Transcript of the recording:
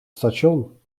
station